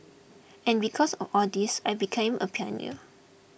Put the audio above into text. and because of all this I became a pioneer